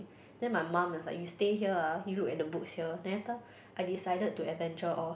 then my mum was like you stay here ah you look at the books here then later I decided to adventure off